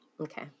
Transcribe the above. Okay